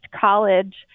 College